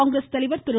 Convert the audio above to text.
காங்கிரஸ் தலைவா் திரு